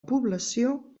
població